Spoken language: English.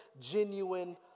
genuine